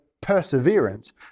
perseverance